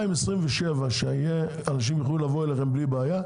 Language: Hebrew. ב-2027 כשאנחנו יוכלו לבוא אליכם בלי בעיה,